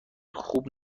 خوب